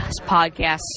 podcast